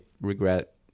regret